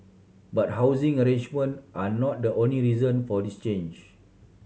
but housing arrangement are not the only reason for this change